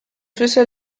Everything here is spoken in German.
flüsse